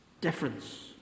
difference